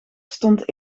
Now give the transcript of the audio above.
stond